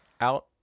out